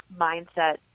mindset